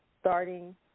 starting